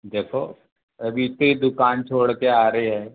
देखो अभी इतनी दुकान छोड़ कर आ रहे हैं